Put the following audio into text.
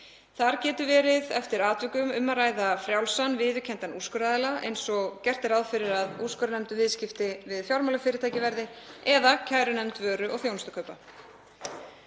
Þar getur verið eftir atvikum um að ræða frjálsan, viðurkenndan úrskurðaraðila, eins og gert er ráð fyrir að úrskurðarnefnd um viðskipti við fjármálafyrirtæki verði, eða kærunefnd vöru- og þjónustukaupa.